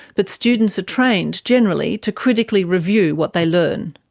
but students are trained, generally, to critically review what they learn.